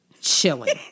Chilling